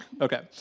Okay